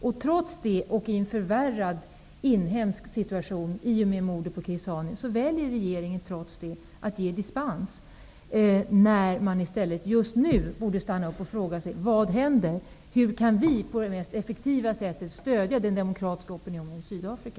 Men trots det och i en förvärrad inhemsk situation i och med mordet på Chris Hani, väljer regeringen att ge dispens när man i stället, just nu, borde stanna upp och fråga vad som händer och hur vi på det mest effektiva sättet kan stödja den demokratiska opinionen i Sydafrika.